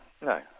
no